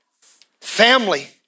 Family